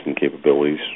capabilities